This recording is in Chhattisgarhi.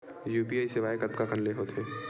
यू.पी.आई सेवाएं कतका कान ले हो थे?